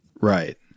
Right